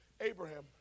Abraham